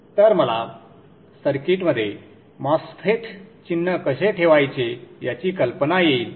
तर मला सर्किटमध्ये MOSFET चिन्ह कसे ठेवायचे याची कल्पना येईल